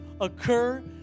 occur